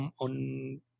on